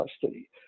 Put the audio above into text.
custody